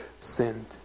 sinned